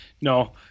No